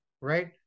Right